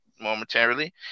momentarily